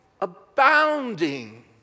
abounding